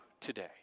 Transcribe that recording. today